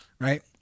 Right